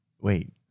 wait